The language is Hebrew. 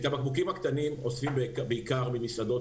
את הבקבוקים הקטנים אוספים בעיקר במסעדות,